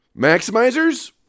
Maximizers